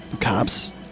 Cops